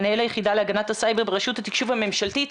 מנהל היחידה להגנת הסייבר ברשות התקשוב הממשלתית.